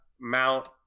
Mount